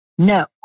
No